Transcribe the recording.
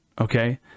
Okay